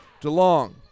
DeLong